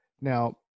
now